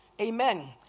Amen